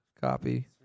Copy